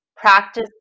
practice